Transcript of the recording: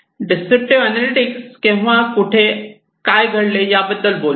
descriptive analytics केव्हा कुठे आणि काय घडले याबद्दल बोलतात